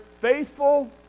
faithful